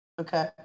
Okay